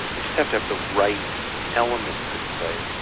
you just have to have the right elements in place.